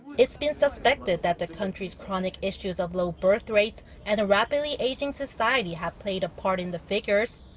it's been suspected that the country's chronic issues of low birthrates and a rapidly aging society have played a part in the figures.